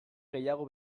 gehiago